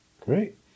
Great